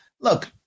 Look